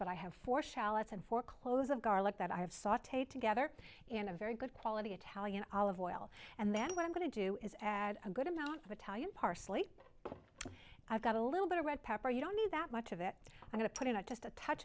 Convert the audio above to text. but i have four shallots and four close of garlic that i have sauteed together in a very good quality italian olive oil and then what i'm going to do is add a good amount of talent parsley i've got a little bit of red pepper you don't need that much of it i'm going to put in a just a touch